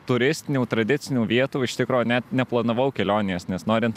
turistinių tradicinių vietų iš tikro net neplanavau kelionės nes norint